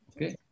Okay